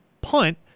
punt